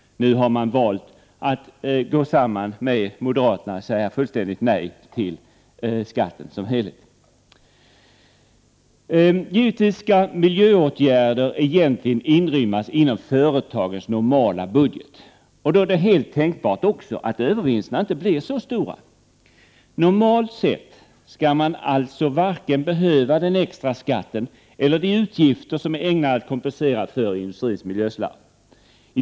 Nu har man valt att gå samman med moderaterna och säga nej till skatten som helhet. Givetvis skall miljöåtgärder egentligen inrymmas inom företagens normala budget. Det är då helt tänkbart att övervinsterna inte blir lika stora. Normalt sett skall varken den extra skatten eller de utgifter som är ägnade att kompensera för industrins miljöslarv behövas.